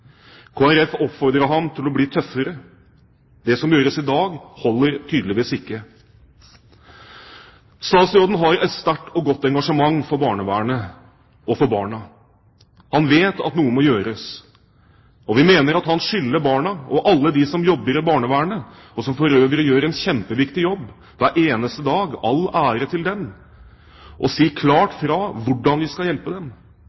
oppfordrer ham til å bli tøffere. Det som gjøres i dag, holder tydeligvis ikke. Statsråden har et sterkt og godt engasjement for barnevernet og for barna. Han vet at noe må gjøres. Vi mener at han skylder barna og alle dem som jobber i barnevernet – som for øvrig gjør en kjempeviktig jobb hver eneste dag, all ære til dem – å si klart fra hvordan om vi skal hjelpe dem: